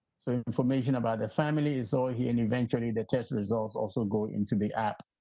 so information about the family is all here and eventually the test results also go into the app.